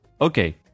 Okay